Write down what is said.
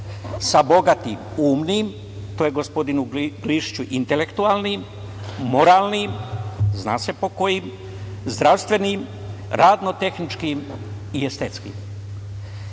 sa bogatim umnim, to je, gospodine Glišiću, intelektualnim, moralnim, zna se po kojim, zdravstvenim, radno-tehničkim i estetskim. Pošto